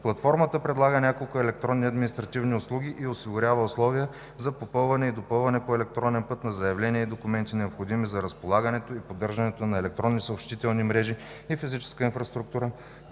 Платформата предлага няколко електронни административни услуги. Осигурява условия за попълване, допълване по електронен път на заявленията и документи, необходими за разполагането и поддържането на електронни съобщителни мрежи, и физическа инфраструктура,